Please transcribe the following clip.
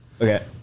Okay